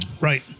Right